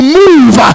move